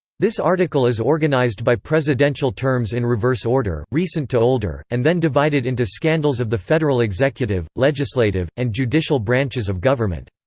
this article is organized by presidential terms in reverse order, recent to older, and then divided into scandals of the federal executive, legislative, and judicial branches of government.